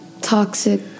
toxic